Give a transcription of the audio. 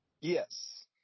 Yes